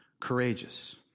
courageous